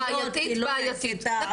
כן, עם תשתית ראייתית בעייתית.